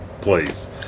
place